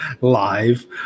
live